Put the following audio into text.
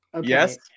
Yes